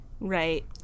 Right